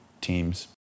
teams